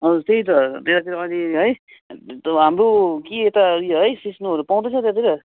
हजुर त्यही त त्यतातिर अहिले है हाम्रो के यता है सिस्नोहरू पाउँदैछ त्यतातिर